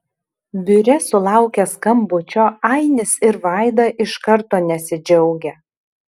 biure sulaukę skambučio ainis ir vaida iš karto nesidžiaugia